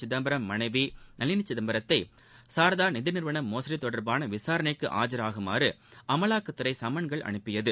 சிதம்பரம் மனைவி நளினி சிதம்பரத்தை சாரதா நிதி நிறுவன மோசடி தொடர்பான விசாரணை க்குஆஜராகுமாறு அமலாக்கத் துறை சம்மன்கள் அனுப்பியது